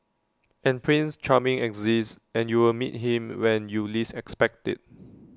and prince charming exists and you will meet him when you least expect IT